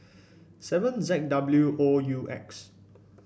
seven Z W O U X